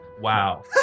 wow